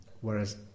whereas